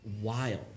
wild